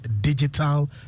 digital